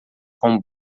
com